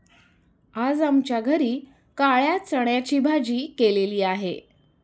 आज आमच्या घरी काळ्या चण्याची भाजी केलेली आहे